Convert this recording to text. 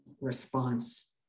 response